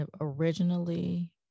originally